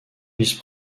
vice